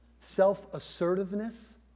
self-assertiveness